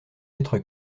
être